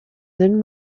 than